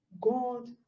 God